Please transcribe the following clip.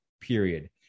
period